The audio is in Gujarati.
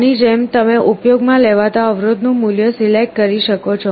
આની જેમ તમે ઉપયોગ માં લેવાતા અવરોધ નું મૂલ્ય સિલેક્ટ કરી શકો છો